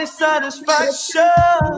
satisfaction